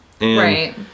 Right